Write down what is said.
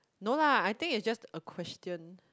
no lah I think it's just a question